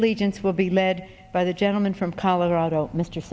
allegiance will be led by the gentleman from colorado mr